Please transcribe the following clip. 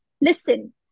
listen